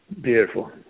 Beautiful